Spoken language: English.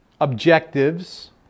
objectives